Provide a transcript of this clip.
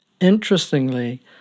interestingly